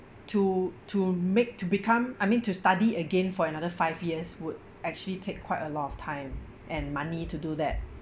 to to make to become I mean to study again for another five years would actually take quite a lot of time and money to do that